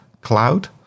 Cloud